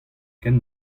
ken